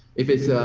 if it's a